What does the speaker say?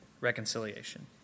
reconciliation